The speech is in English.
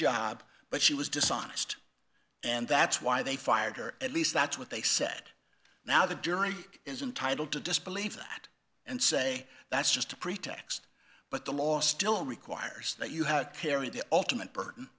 job but she was dishonest and that's why they fired her at least that's what they said now the jury is entitle to disbelieve that and say that's just a pretext but the law still requires that you have perry the ultimate burden